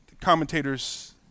commentators